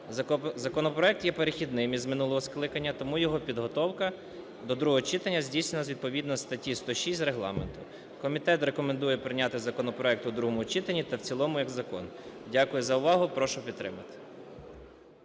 Законопроект є перехідним з минулого скликання, тому його підготовка до другого читання здійснювалась відповідно статті 106 Регламенту. Комітет рекомендує прийняти законопроект у другому читанні та в цілому як закон. Дякую за увагу. Прошу підтримати.